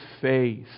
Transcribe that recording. faith